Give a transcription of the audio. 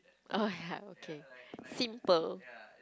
oh ya okay simple